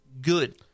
good